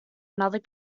another